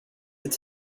inte